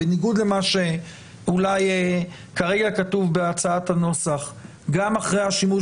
בניגוד למה שאולי כרגע כתוב בהצעת הנוסח גם אחרי השימוש